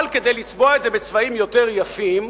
אבל כדי לצבוע את זה בצבעים יותר יפים,